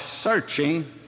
searching